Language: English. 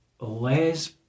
Les